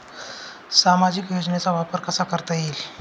सामाजिक योजनेचा वापर कसा करता येईल?